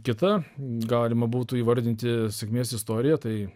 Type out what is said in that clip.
kita galima būtų įvardinti sėkmės istorija tai